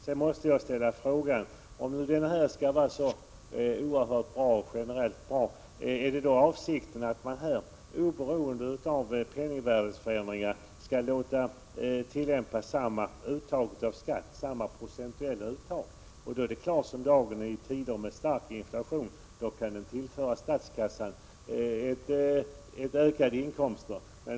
Jag undrar vidare, om den rullande fastighetstaxeringen generellt är så fördelaktig, om det inte är avsikten att man oberoende av penningvärdets förändringar skall tillämpa samma procentuella uttag av skatt. I så fall är det klart som dagen att den i tider med stark inflation kan tillföra statskassan ökade inkomster.